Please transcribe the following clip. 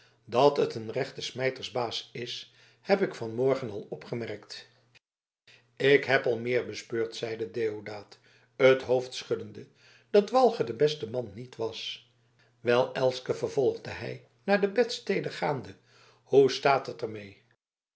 dat het een rechte smijtersbaas is heb ik van morgen al opgemerkt ik heb al meer bespeurd zeide deodaat het hoofd schuddende dat walger de beste man niet was wel elske vervolgde hij naar de bedstede gaande hoe staat het er